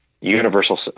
universal